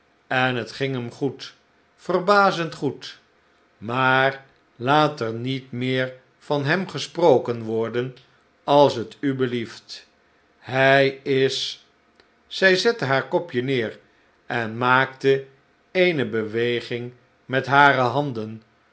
en het ging hem goed verbazend goed maar laat er niet meer van hem gesproken worden als het u belieft hij is zij zette haar kopje neer en maakte eene beweging met hare handen